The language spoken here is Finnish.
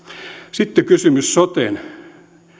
sitten kysymys soten